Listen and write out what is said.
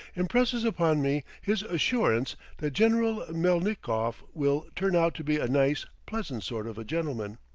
impresses upon me his assurance that general melnikoff will turn out to be a nice, pleasant sort of a gentleman.